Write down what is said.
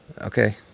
Okay